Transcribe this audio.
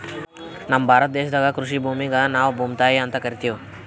ನಮ್ ಭಾರತ ದೇಶದಾಗ್ ಕೃಷಿ ಭೂಮಿಗ್ ನಾವ್ ಭೂಮ್ತಾಯಿ ಅಂತಾ ಕರಿತಿವ್